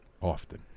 Often